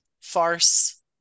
farce